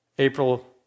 April